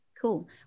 Cool